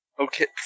Okay